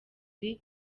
real